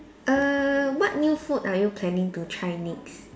err what new food are you planning to try next